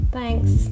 Thanks